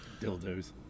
dildos